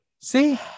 See